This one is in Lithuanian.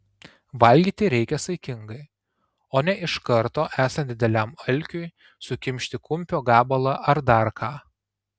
valgyti reikia saikingai o ne iš karto esant dideliam alkiui sukimšti kumpio gabalą ar dar ką